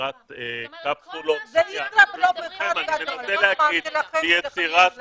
ליצירת קפסולות ------- אני מנסה להגיד ליצירת